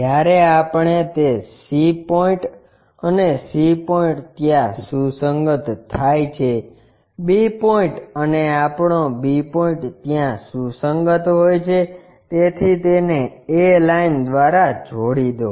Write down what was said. જ્યારે આપણે તે c પોઇન્ટ અને c પોઇન્ટ ત્યાં સુસંગત થાય છે b પોઇન્ટ અને આપણો b પોઇન્ટ ત્યાં સુસંગત હોય છે તેથી તેને a લાઈન દ્વારા જોડી દો